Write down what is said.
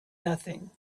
nothing